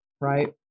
Right